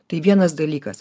tai vienas dalykas